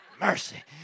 mercy